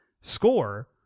score